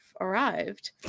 arrived